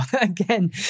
again